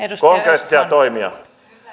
konkreettisia toimia